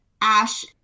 Ash